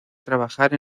trabajar